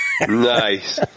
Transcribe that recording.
Nice